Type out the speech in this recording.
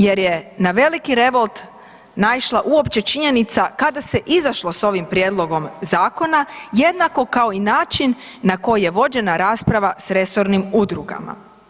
Jer je na veliki revolt naišla uopće činjenica kada se izašlo s ovim prijedlogom Zakona, jednako kao i način na koji je vođena rasprava s resornim udrugama.